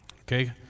Okay